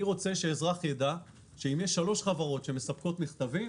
אני רוצה שאזרח ידע שאם יש שלוש חברות שמספקות מכתבים,